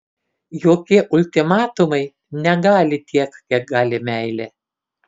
jokie ultimatumai negali tiek kiek gali meilė